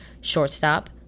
shortstop